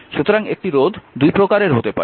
সুতরাং একটি রোধ দুই প্রকারের হতে পারে